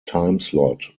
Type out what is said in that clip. timeslot